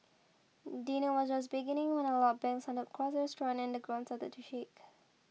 dinner was just beginning when a loud bang sounded across the restaurant and the ground started to shake